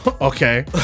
Okay